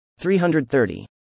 330